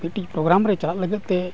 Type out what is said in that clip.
ᱢᱤᱫᱴᱤᱡ ᱨᱮ ᱪᱟᱞᱟᱜ ᱞᱟᱹᱜᱤᱫᱛᱮ